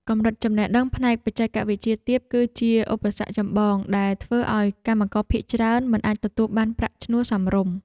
កម្រិតចំណេះដឹងផ្នែកបច្ចេកវិទ្យាទាប គឺជាឧបសគ្គចម្បងដែលធ្វើឱ្យកម្មករភាគច្រើនមិនអាចទទួលបានប្រាក់ឈ្នួលសមរម្យ។